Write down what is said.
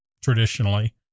traditionally